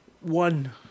One